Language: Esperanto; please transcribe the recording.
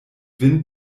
vin